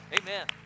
Amen